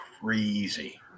crazy